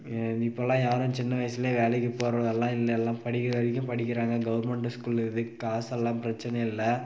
இப்பெல்லாம் யாரும் சின்ன வயசுலேயே வேலைக்கு போகிறதெல்லாம் இல்லை எல்லாம் படிக்கிற வரைக்கும் படிக்கிறாங்க கவர்மெண்ட் ஸ்கூல் இருக்குது காசெல்லாம் பிரச்சின இல்லை